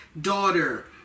daughter